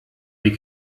die